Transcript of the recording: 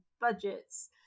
budgets